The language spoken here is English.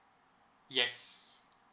yes